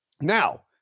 Now